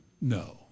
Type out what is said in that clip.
No